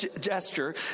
gesture